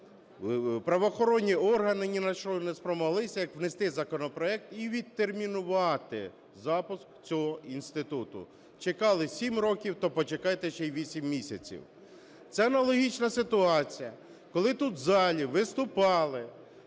правоохоронні органи ні на що не спромоглися, як внести законопроект і відтермінувати запуск цього інституту. Чекали сім років, то почекайте ще і вісім місяців. Це аналогічна ситуація, коли тут, в залі, виступали